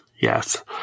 yes